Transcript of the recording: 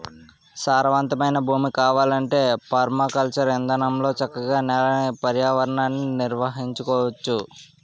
సారవంతమైన భూమి కావాలంటే పెర్మాకల్చర్ ఇదానంలో చక్కగా నేలని, పర్యావరణాన్ని నిర్వహించుకోవచ్చు